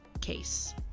case